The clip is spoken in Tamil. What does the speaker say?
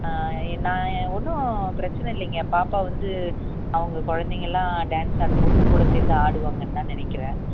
என்ன ஒன்றும் பிரச்சனை இல்லைங்க பாப்பா வந்து அவங்க குழந்தைங்கள்லாம் டான்ஸ் ஆடும் போது கூட சேர்ந்து ஆடுவாங்கன்னு தான் நினைக்கிறேன்